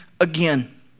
again